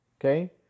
okay